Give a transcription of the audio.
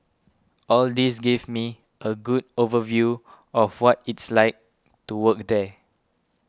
all this gave me a good overview of what it's like to work there